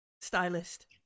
stylist